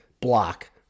block